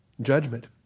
judgment